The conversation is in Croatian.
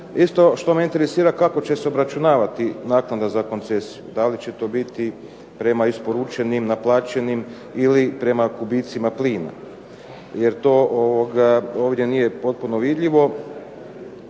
Isto što me interesira kako će se obračunavati naknada za koncesiju? Da li će to biti prema isporučenim, naplaćenim ili prema kubicima plina? Jer to ovdje nije potpuno vidljivo.